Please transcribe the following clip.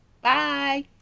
bye